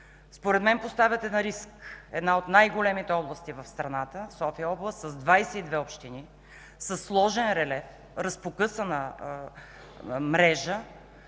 Според мен поставяте на риск една от най-големите области в страната – София област, с 22 общини, със сложен релеф, разпокъсана мрежа,